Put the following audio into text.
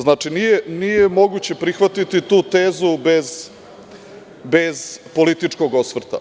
Znači, nije moguće prihvatiti tu tezu bez političkog osvrta.